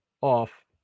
off